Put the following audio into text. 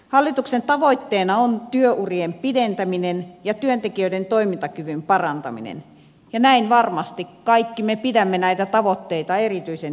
hallituksen tavoitteena on työurien pidentäminen ja työntekijöiden toimintakyvyn parantaminen ja näin varmasti kaikki me pidämme näitä tavoitteita erityisen tärkeinä